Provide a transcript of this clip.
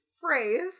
phrase